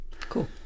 Cool